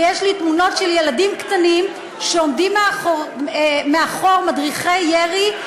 ויש לי תמונות של ילדים קטנים שעומדים מאחורי מדריכי ירי,